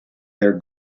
their